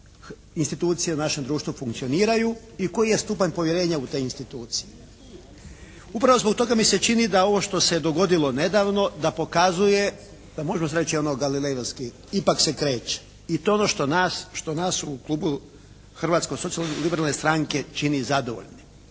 institucije u našem društvu funkcioniraju i koji je stupanj povjerenja u te institucije. Upravo zbog toga mi se čini da ovo što se je dogodilo nedavno da pokazuje da možemo reći ono galilejovski “ipak se kreće“ i to je ono što nas u Klubu Hrvatske socijalno-liberalne stranke čini zadovoljnim.